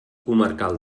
comarcal